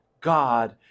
God